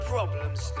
Problems